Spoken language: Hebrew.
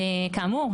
וכאמור,